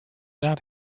not